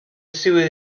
sue